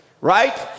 Right